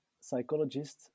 psychologist